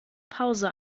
pause